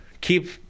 keep